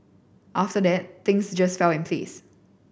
after that things just fell in place